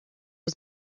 was